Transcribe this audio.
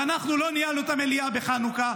ואנחנו לא ניהלנו את המליאה בחנוכה.